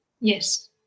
yes